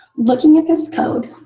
looking at this code